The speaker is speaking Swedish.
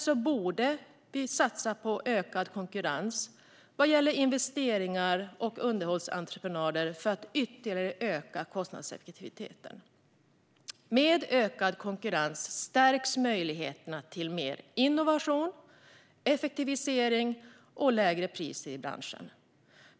Vi borde satsa på ökad konkurrens vad gäller investeringar och underhållsentreprenader för att öka kostnadseffektiviteten ytterligare. Med ökad konkurrens stärks möjligheterna till mer innovation och effektivisering. Det leder också till lägre priser i branschen.